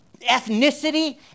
ethnicity